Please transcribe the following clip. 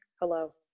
Hello